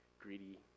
greedy